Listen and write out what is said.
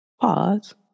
Pause